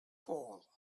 fall